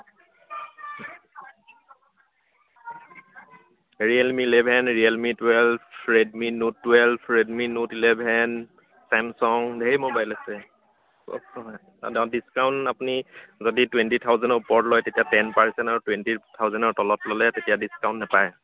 Realme eleven Realme twelve Redmi note twelve Redmi note eleven Samsung ধেৰ mobile আছে discount আপুনি যদি twenty থাউজেনৰ ওপৰত লয় তেতিয়া টেন পাৰ্চেণ্ট আৰু যদি টুৱেণ্টি থাউজেনৰ তলত ল'লে তেতিয়া ডিছকাউণ্ট নাপায়